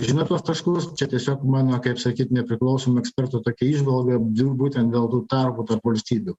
žino tuos taškus čia tiesiog mano kaip sakyt nepriklausomo eksperto tokia įžvalga dėl būtent dėl tų tarpų tarp valstybių